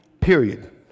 Period